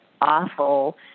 awful